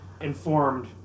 informed